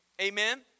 amen